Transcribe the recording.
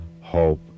hope